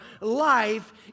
life